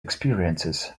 experiences